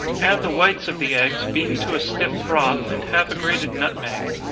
add the whites of the eggs, beaten to a stiff froth, and half a grated nutmeg.